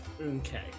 Okay